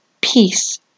peace